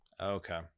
okay